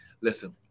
Listen